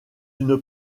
une